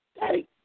Daddy